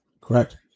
Correct